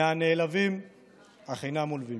מהנעלבים אך אינם עולבים.